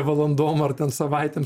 valandom ar ten savaitėm